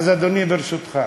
אז, אדוני, ברשותך,